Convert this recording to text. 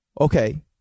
Okay